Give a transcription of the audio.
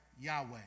Yahweh